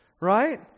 Right